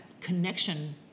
connection